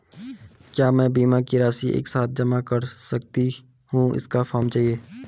क्या मैं बीमा की राशि एक साथ जमा कर सकती हूँ इसका फॉर्म चाहिए?